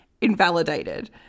invalidated